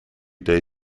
day